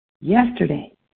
yesterday